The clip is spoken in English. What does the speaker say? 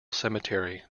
cemetery